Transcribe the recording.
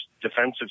defensive